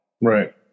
right